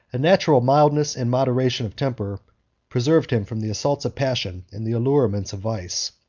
a natural mildness and moderation of temper preserved him from the assaults of passion, and the allurements of vice.